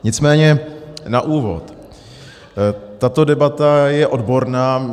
Nicméně na úvod, tato debata je odborná.